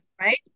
Right